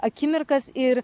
akimirkas ir